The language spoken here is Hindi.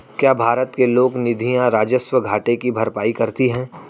क्या भारत के लोक निधियां राजस्व घाटे की भरपाई करती हैं?